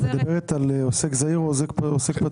את מדברת על עוסק זעיר או עוסק פטור?